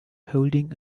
holding